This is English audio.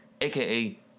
aka